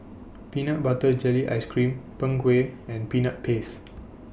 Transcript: Peanut Butter Jelly Ice Cream Png Kueh and Peanut Paste